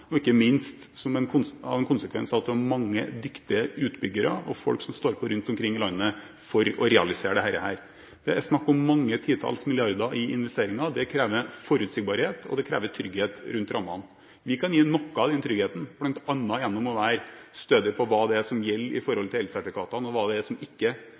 en konsekvens av at mange dyktige utbyggere og folk står på rundt omkring i landet for å realisere dette. Det er snakk om mange titalls milliarder i investeringer. Det krever forutsigbarhet og trygghet om rammene. Vi kan gi noe av den tryggheten, bl.a. ved å være stødig på hva det er som gjelder i forhold til elsertifikatene og hva som ikke gjelder. Det som